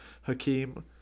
Hakeem